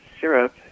syrup